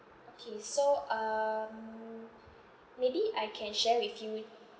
okay so um maybe I can share with you